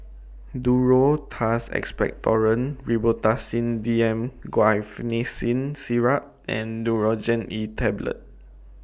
Duro Tuss Expectorant Robitussin D M Guaiphenesin Syrup and Nurogen E Tablet